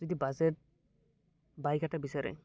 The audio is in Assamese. যদি বাজেট বাইক এটা বিচাৰে